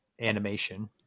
animation